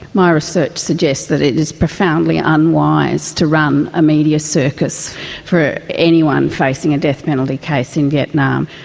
my research suggests that it is profoundly unwise to run a media circus for anyone facing a death penalty case in vietnam.